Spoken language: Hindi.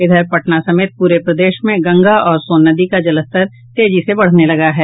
इधर पटना समेत पूरे प्रदेश में गंगा और सोन नदी का जलस्तर तेजी से बढ़ने लगा है